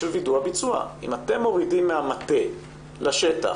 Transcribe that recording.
אם אתם מורידים הנחיות מהמטה לשטח,